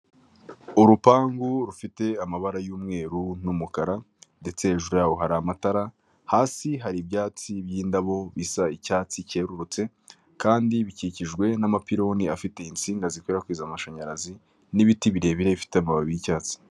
Urupangu rufite amabara y'umweru n'umukara, ndetse hejuru ya hari amatara, hasi hari ibyatsi by'indabyo bisa icyatsi cyerurutse, kandi bikikijwe n'amapironi afite insinga zikwirakwiza amashanyarazi n'ibiti birebire bifite amababi y'icyatsi.